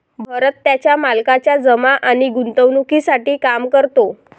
भरत त्याच्या मालकाच्या जमा आणि गुंतवणूकीसाठी काम करतो